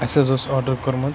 اسہِ حظ اوٗس آرڈَر کوٚرمُت